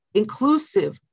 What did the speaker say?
inclusive